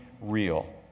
real